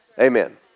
Amen